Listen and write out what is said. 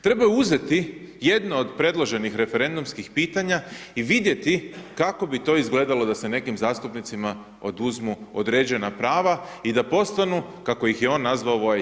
Trebao je uzeti jedno od predloženih referendumskih pitanja i vidjeti kako bi to izgledalo da se nekim zastupnicima oduzmu određena prava i da postanu kako ih je on nazvao, voajeri.